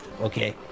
okay